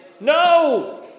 No